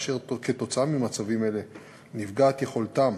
ואשר כתוצאה ממצבים אלה נפגעת יכולתם